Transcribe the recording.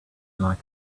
like